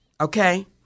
Okay